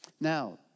Now